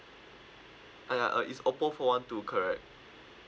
uh ya uh is Oppo four one two correct